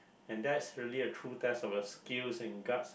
and that's really a true test of your skills and guts